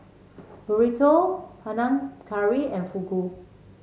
Burrito Panang Curry and Fugu